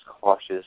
cautious